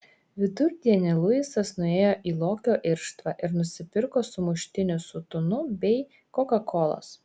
vidurdienį luisas nuėjo į lokio irštvą ir nusipirko sumuštinį su tunu bei kokakolos